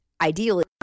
ideally